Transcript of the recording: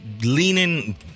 leaning